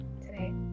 today